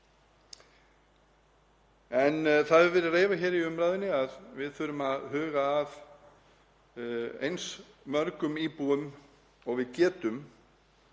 En það hefur verið reifað hér í umræðunni að við þurfum að huga að eins mörgum íbúum og við getum.